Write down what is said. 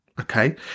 okay